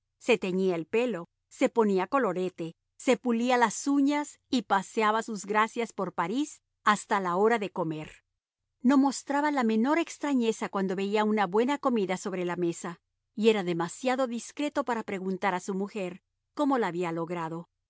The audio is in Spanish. se teñía el pelo se ponía colorete se pulía las uñas y paseaba sus gracias por parís hasta la hora de comer no mostraba la menor extrañeza cuando veía una buena comida sobre la mesa y era demasiado discreto para preguntar a su mujer cómo la había logrado